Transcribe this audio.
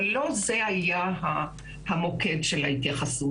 אבל לא זה היה מוקד ההתייחסות.